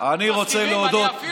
אני רוצה להודות,